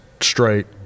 straight